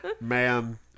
Man